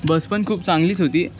बस पण खूप चांगलीच होती